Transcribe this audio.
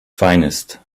finest